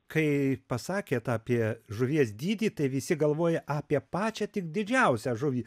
kai pasakėt apie žuvies dydį tai visi galvoja apie pačią tik didžiausią žuvį